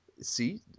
See